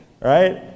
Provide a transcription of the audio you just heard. right